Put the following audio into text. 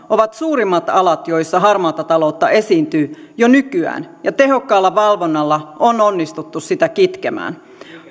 ovat suurimmat alat joissa harmaata taloutta esiintyy jo nykyään ja tehokkaalla valvonnalla on onnistuttu sitä kitkemään